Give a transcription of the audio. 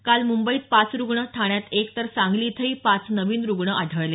काल मुंबईत पाच रुग्ण ठाण्यात एक तर सांगली इथं पाच नवीन रुग्ण आढळले